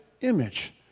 image